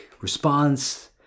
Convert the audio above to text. response